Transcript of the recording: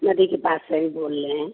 नदी के पास से ही बोल ले हैं